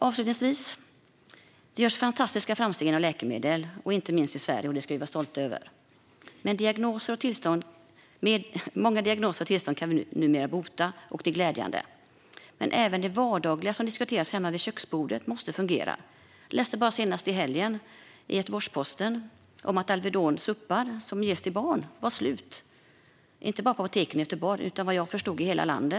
Avslutningsvis görs det fantastiska framsteg inom läkemedel och inte minst i Sverige, och det ska vi vara stolta över. Många diagnoser och tillstånd kan vi numera hantera och bota, och det är glädjande. Men även det vardagliga som diskuteras hemma vid köksbordet måste fungera. Jag läste senast i helgen i Göteborgs-Posten om att Alvedon suppositorium som ges till barn var slut inte bara på apoteken i Göteborg utan vad jag förstod i hela landet.